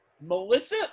Melissa